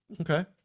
Okay